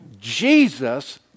Jesus